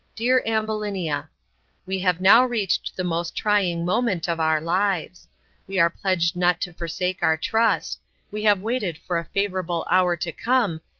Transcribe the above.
dear ambulinia we have now reached the most trying moment of our lives we are pledged not to forsake our trust we have waited for a favorable hour to come,